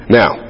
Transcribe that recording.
now